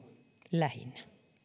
lähinnä